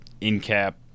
in-cap